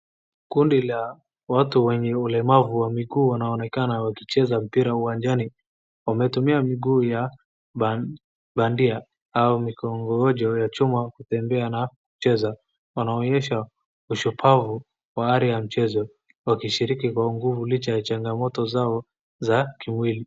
Kundi la watu wenye ulemavu wa miguu wanaonekana wakicheza mpira uwanjani. Wametumia miguu ya bandia au mmikongojo ya chuma kutembea na kucheza. Wanaonyesha ushupavu wa ari ya mchezo wakishiriki kwa nguvu licha ya changamoto zao za kimwili.